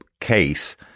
case